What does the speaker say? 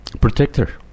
Protector